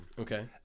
Okay